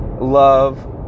love